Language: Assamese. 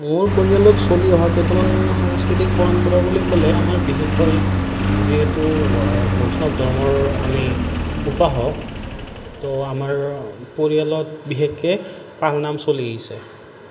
মোৰ পৰিয়ালত চলি অহা কেইটামান সাংস্কৃতিক পৰম্পৰা বুলি ক'লে আমাৰ বিশেষকৈ যিহেতু বৈষ্ণৱ ধৰ্মৰ আমি উপাসক তো আমাৰ পৰিয়ালত বিশেষকৈ পালনাম চলি আহিছে